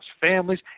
families